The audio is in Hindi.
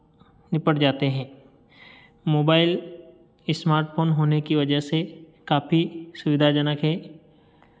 निपट जाते हैं मोबाइल स्मार्ट फोन होने की वजह से काफी सुविधाजनक है